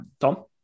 Tom